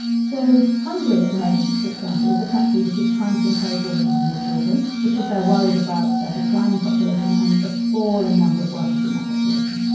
so hungary, at the moment, for example, is a country which is trying to encourage women to have more children because they're worried about their declining population and the falling number of workers in their population.